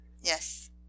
yes